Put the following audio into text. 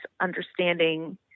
understanding